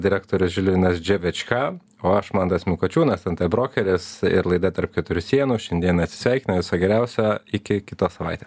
direktorius žilvinas dževečka o aš mantas mikalajūnas nt brokeris ir laida tarp keturių sienų šiandien atsisveikina viso geriausio iki kitos savaitės